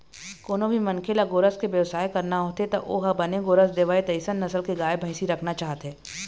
कोनो भी मनखे ल गोरस के बेवसाय करना होथे त ओ ह बने गोरस देवय तइसन नसल के गाय, भइसी राखना चाहथे